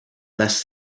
less